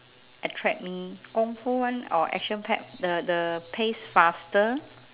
attract me kungfu one or action packed the the pace faster